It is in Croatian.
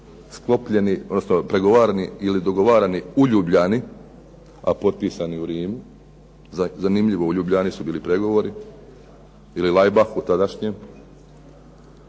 '41. godine pregovarani ili dogovarani u Ljubljani, a potpisani u Rimu. Zanimljivo, u Ljubljani su bili pregovori ili Lajbahu tadašnjem.